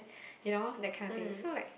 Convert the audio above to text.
you know that kind of thing so like